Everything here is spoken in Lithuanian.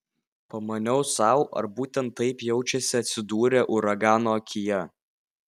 pamaniau sau ar būtent taip jaučiasi atsidūrę uragano akyje